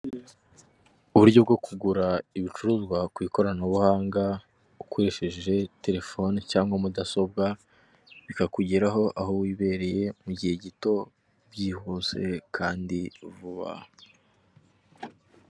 Uburyo bwo kugura ibicuruzwa ku ikoranabuhanga, ukoresheje telefoni cyangwa mudasobwa, bikakugeraho aho wibereye mu gihe gito byihuse kandi vuba.